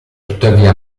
tuttavia